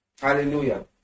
Hallelujah